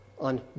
on